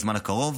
בזמן הקרוב,